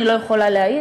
אני לא יכולה להעיד,